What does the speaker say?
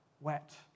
wet